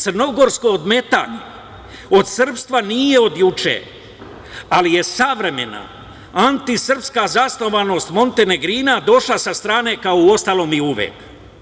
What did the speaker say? Crnogorsko odmetanje od srpstva nije od juče, ali je savremena antisrpska zasnovanost montenegrina došla sa strane, kao uostalom i uvek.